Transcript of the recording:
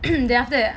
then after that